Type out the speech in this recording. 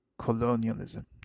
colonialism